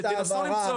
תנסו למצוא